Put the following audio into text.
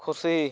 ᱠᱷᱩᱥᱤ